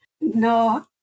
no